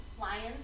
Lions